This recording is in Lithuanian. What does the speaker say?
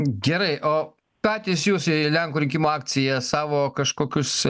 gerai o patys jūs ir lenkų rinkimų akcija savo kažkokius